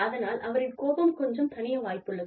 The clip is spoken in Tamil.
அதனால் அவரின் கோபம் கொஞ்சம் தணிய வாய்ப்புள்ளது